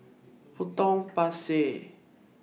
Potong Pasir